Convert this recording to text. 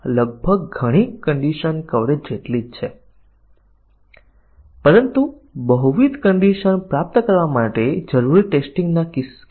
નિવેદન કવરેજ સૌથી નબળું છે અને પછી આપણી પાસે આ નિર્ણય અથવા શાખા કવરેજ છે અને પછી આપણી પાસે આ મૂળ સ્થિતિની કવરેજ છે અને પછી બહુવિધ શરત કવરેજ છે